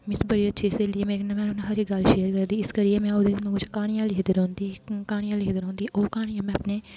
मेरी बड़ी अच्छी स्हेली ऐ मेरे कन्नै हर इक गल्ल शेयर करदी इस करियै में ओह्दे आस्तै किश क्हानियां लिखदी रौंह्दी क्हानियां लिखदी रौंह्दी ओह् क्हानियां में अपने